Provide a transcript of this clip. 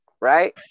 right